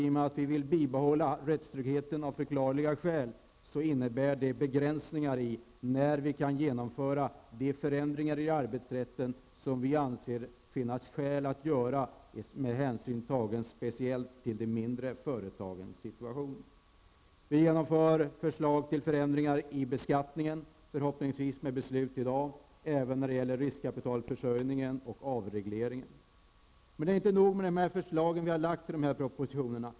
I och med att vi vill behålla rättstryggheten, av förklarliga skäl, innebär det begränsningar för när vi kan genomföra de förändringar i arbetsrätten som vi anser att det finns skäl att göra med hänsyn speciellt till de mindre företagens situation. Vi genomför förslag till förändringar i beskattningen -- förhoppningsvis med beslut i dag -- även när det gäller riskkapitalförsörjningen och avregleringen. Men det är inte nog med dessa förslag som vi har lagt i propositionerna.